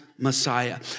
Messiah